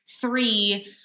three